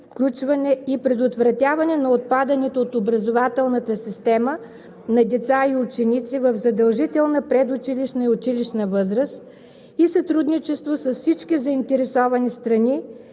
включване и предотвратяване на отпадането от образователната система на деца и ученици в задължителна предучилищна и училищна възраст и сътрудничество с всички заинтересовани страни